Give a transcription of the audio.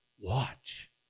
watch